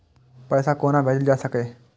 पैसा कोना भैजल जाय सके ये